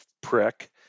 prick